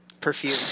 Perfume